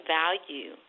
value